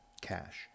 cash